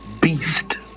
beast